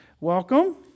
Welcome